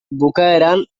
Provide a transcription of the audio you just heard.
bukaeran